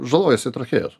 žalojasi trachėjos